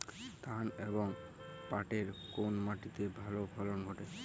ধান এবং পাটের কোন মাটি তে ভালো ফলন ঘটে?